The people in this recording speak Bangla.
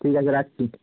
ঠিক আছে রাখছি